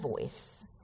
voice